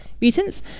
mutants